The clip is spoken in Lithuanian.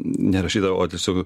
nerašyta o tiesiog